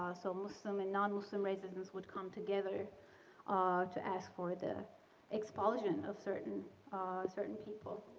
ah so muslim and non-muslim races would come together to ask for the expulsion of certain certain people.